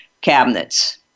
cabinets